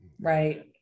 Right